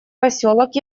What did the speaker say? поселок